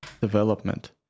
development